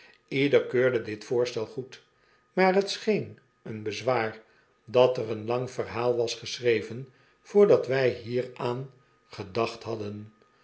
ieder keurde dit voorstel goed maar het scheen een bezwaar dat er een lang verhaal was geschreven voordat wij hieraan gedacht hadden